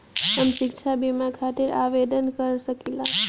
हम शिक्षा बीमा खातिर आवेदन कर सकिला?